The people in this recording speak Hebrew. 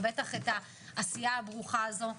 ובטח את העשייה הברוכה הזו.